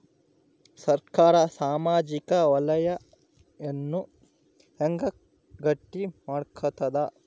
ಸರ್ಕಾರಾ ಸಾಮಾಜಿಕ ವಲಯನ್ನ ಹೆಂಗ್ ಗಟ್ಟಿ ಮಾಡ್ಕೋತದ?